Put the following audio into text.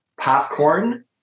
Popcorn